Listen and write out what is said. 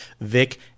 Vic